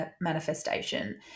manifestation